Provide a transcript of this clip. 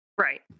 right